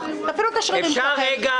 בשונה מקודמתה,